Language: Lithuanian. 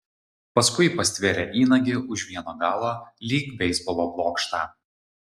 paskui pastvėrė įnagį už vieno galo lyg beisbolo blokštą